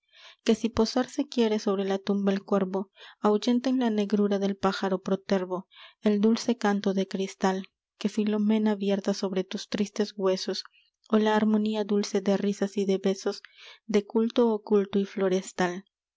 que si posarse quiere sobre la tumba el cuervo ahuyenten la negrura del pájaro protervo el dulce canto de cristal que filomena vierta sobre tus tristes huesos o la harmonía dulce de risas y de besos de culto oculto y florestal